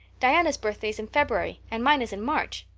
diana's birthday is in february and mine is in march.